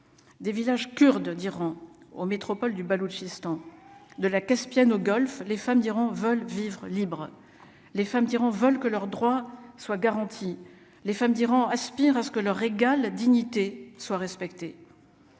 des villages kurdes d'Iran aux métropoles du Baloutchistan de la Caspienne au golf les femmes d'Iran veulent vivre libres, les femmes diront veulent que leurs droits soient garantis les femmes d'Iran Aspire à ce que leur égale dignité soit respectée,